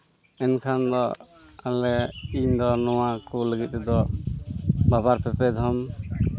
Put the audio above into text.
ᱢᱮᱱᱠᱷᱟᱱ ᱫᱚ ᱟᱞᱮ ᱤᱧᱫᱚ ᱱᱚᱣᱟ ᱠᱚ ᱞᱟᱹᱜᱤᱫ ᱛᱮᱫᱚ ᱵᱟᱨ ᱯᱮ ᱫᱷᱚᱢ